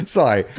Sorry